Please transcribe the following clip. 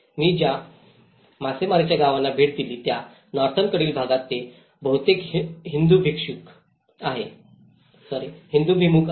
मी ज्या मासेमारीच्या गावांना भेट दिली त्या नॉर्थेर्नकडील भागात ते बहुतेक हिंदूभिमुख आहेत